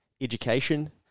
education